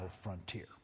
frontier